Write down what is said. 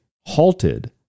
halted